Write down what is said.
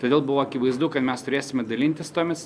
todėl buvo akivaizdu kad mes turėsime dalintis tomis